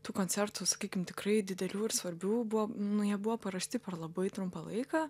tų koncertų sakykim tikrai didelių ir svarbių buvo nu jie buvo paruošti per labai trumpą laiką